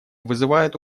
вызывает